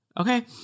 Okay